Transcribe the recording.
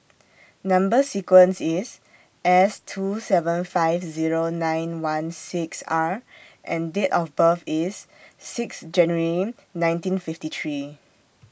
Number sequence IS S two seven five Zero nine one six R and Date of birth IS six January nineteen fifty three